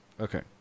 Okay